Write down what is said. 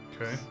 Okay